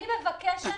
אני מבקשת,